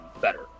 better